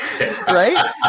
Right